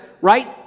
right